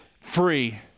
free